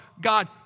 God